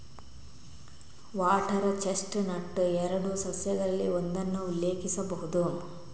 water chestnut ಎರಡು ಸಸ್ಯಗಳಲ್ಲಿ ಒಂದನ್ನು ಉಲ್ಲೇಖಿಸಬಹುದು